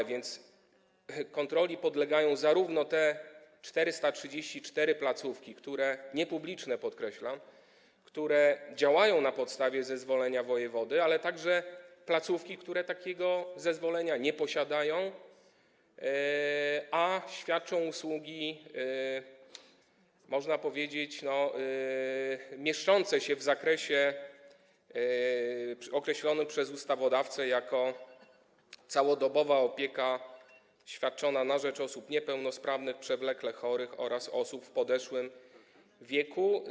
A więc kontroli podlegają zarówno te 434 placówki - podkreślam - niepubliczne, które działają na podstawie zezwolenia wojewody, jak i placówki, które takiego zezwolenia nie posiadają, a świadczą usługi, można powiedzieć, mieszczące się w zakresie określonym przez ustawodawcę jako całodobowa opieka świadczona na rzecz osób niepełnosprawnych, przewlekle chorych oraz osób w podeszłym wieku.